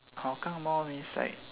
Hougang mall means like